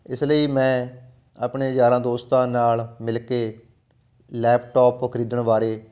ਇਸ ਲਈ ਮੈਂ ਆਪਣੇ ਯਾਰਾਂ ਦੋਸਤਾਂ ਨਾਲ ਮਿਲ ਕੇ ਲੈਪਟੋਪ ਖਰੀਦਣ ਬਾਰੇ